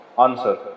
answer